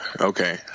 Okay